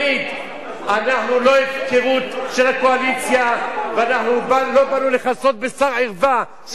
אנחנו לא הפקרות של הקואליציה ולא באנו לכסות בשר ערווה של הממשלה הזאת.